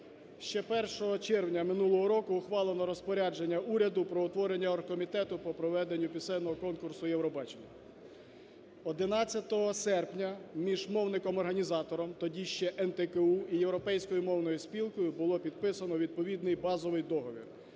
Ще 1 червня минулого року ухвалено розпорядження уряду про утворення оргкомітету по проведенню пісенного конкурсу Євробачення. 11 серпня між мовником-організатором, тоді ще НТКУ і Європейською мовною спілкою було підписано відповідний базовий договір.